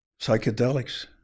psychedelics